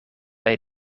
bij